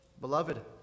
Beloved